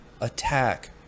attack